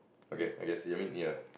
okay I can see I mean ya